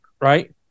right